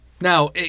Now